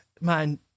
man